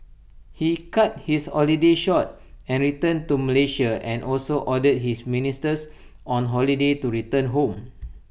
he cut his holiday short and returned to Malaysia and also ordered his ministers on holiday to return home